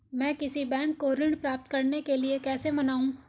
मैं किसी बैंक को ऋण प्राप्त करने के लिए कैसे मनाऊं?